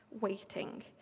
waiting